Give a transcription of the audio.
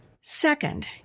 Second